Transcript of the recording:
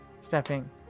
stepping